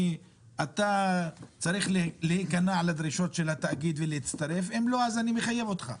שאתה צריך להכנע לדרישות של התאגיד ולהצטרף אם לא אז אני מחייב אותך.